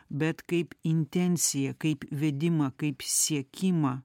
bet kaip intenciją kaip vedimą kaip siekimą